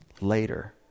later